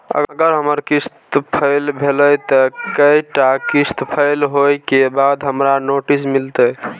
अगर हमर किस्त फैल भेलय त कै टा किस्त फैल होय के बाद हमरा नोटिस मिलते?